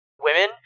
women